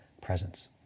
presence